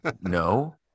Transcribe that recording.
no